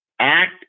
act